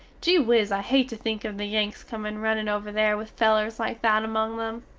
gee whiz i hate to think of the yanks comin runnin over there with felers like that among them.